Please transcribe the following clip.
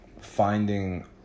finding